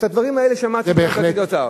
ואת הדברים האלה שמעתי, מהאוצר.